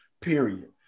period